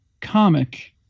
comic